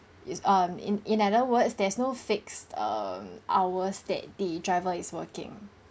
it's um in in other words there is no fixed um hours that the driver is working